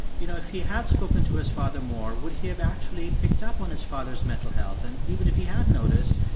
you know, if he had spoken to his father more, would he have actually picked up on his father's mental health. and even if he had noticed,